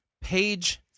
Page